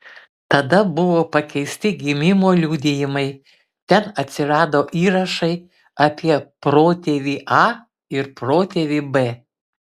tada buvo pakeisti gimimo liudijimai ten atsirado įrašai apie protėvį a ir protėvį b